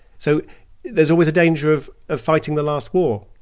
so there's always a danger of of fighting the last war.